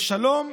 בשלום,